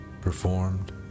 performed